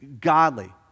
godly